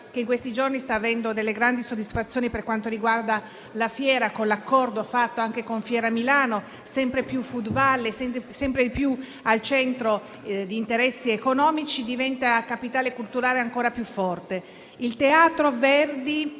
che in questi giorni sta avendo grandi soddisfazioni per quanto riguarda la fiera, con l'accordo fatto anche con la fiera di Milano, sempre più *food valley* e sempre più al centro di interessi economici, diventa capitale culturale ancora più forte. Il Teatro Regio,